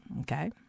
okay